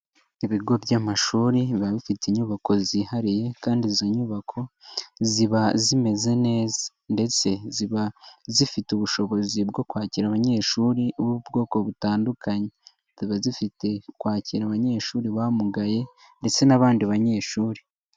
Ibigo by'amashuri biba bifite inyubako zihariye kandi izo nyubako ziba zimeze neza ndetse ziba zifite ubushobozi bwo kwakira abanyeshuri b'ubwoko butandukanye. Ziba zifite kwakira abanyeshuri bamugaye ndetse n'abandi banyeshuri.